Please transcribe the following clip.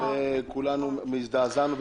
וכולנו הזדעזענו,